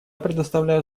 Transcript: предоставляю